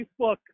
Facebook